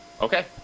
Okay